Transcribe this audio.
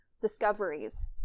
discoveries